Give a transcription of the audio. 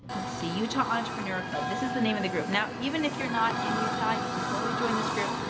let's see utah entrepreneur club, this is the name of the group. now even if you're not in utah, you can totally join this group,